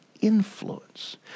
influence